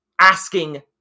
asking